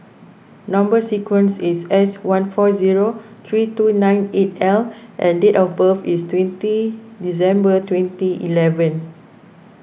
Number Sequence is S one four zero three two nine eight L and date of birth is twenty December twenty eleven